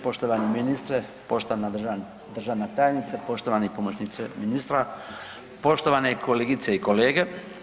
Poštovani ministre, poštovana državna tajnice, poštovani pomoćnici ministre, poštovane kolegice i kolege.